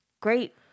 great